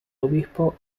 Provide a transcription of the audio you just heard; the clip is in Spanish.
obispo